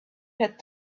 had